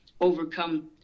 overcome